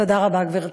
תודה רבה, גברתי.